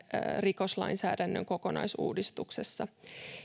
rikoslainsäädännön kokonaisuudistuksessa